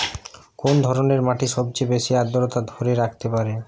কোন ধরনের মাটি সবচেয়ে বেশি আর্দ্রতা ধরে রাখতে পারে?